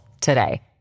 today